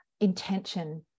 intention